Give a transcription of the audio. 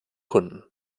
kunden